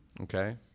Okay